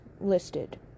listed